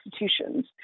institutions